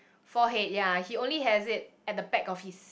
forehead ya he only has it on the back of his